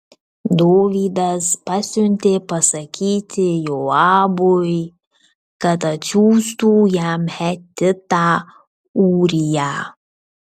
dovydas pasiuntė pasakyti joabui kad atsiųstų jam hetitą ūriją